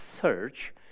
search